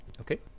okay